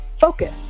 focus